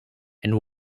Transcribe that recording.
and